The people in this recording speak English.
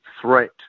threat